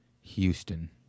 Houston